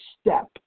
step